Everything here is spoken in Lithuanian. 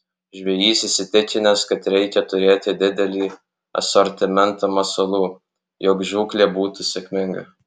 žvejys įsitikinęs kad reikia turėti didelį asortimentą masalų jog žūklė būtų sėkminga